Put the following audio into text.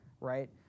right